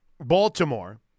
Baltimore